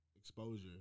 exposure